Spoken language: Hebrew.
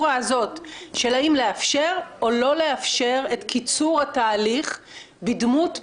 צריך לאפשר את הדיון הענייני והמהותי ולא